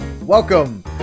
Welcome